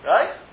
Right